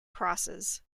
crosses